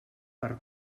per